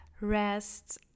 rest